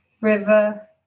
river